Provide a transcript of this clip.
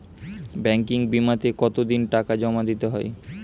Banking বিমাতে কত দিন টাকা জমা দিতে হয়?